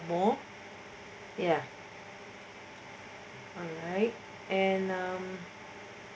more ya alright and ah